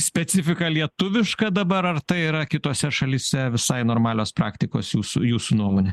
specifika lietuviška dabar ar tai yra kitose šalyse visai normalios praktikos jūsų jūsų nuomone